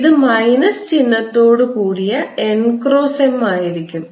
ഇത് മൈനസ് ചിഹ്നത്തോടുകൂടിയ n cross M ആയിരിക്കും